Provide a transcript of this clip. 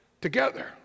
together